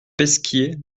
pesquier